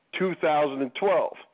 2012